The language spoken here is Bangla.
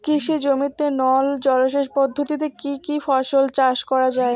কৃষি জমিতে নল জলসেচ পদ্ধতিতে কী কী ফসল চাষ করা য়ায়?